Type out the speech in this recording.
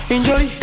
Enjoy